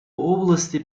области